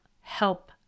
help